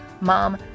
mom